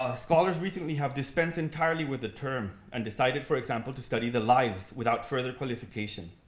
ah scholars recently have dispensed entirely with the term, and decided, for example, to study the lives without further qualification.